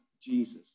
Jesus